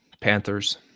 Panthers